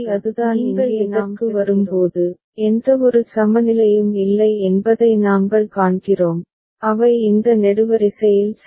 இறுதியாக நீங்கள் இதற்கு வரும்போது எந்தவொரு சமநிலையும் இல்லை என்பதை நாங்கள் காண்கிறோம் அவை இந்த நெடுவரிசையில் சரி